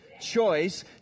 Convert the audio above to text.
choice